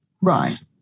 Right